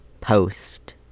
post